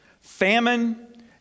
famine